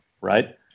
right